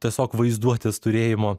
tiesiog vaizduotės turėjimo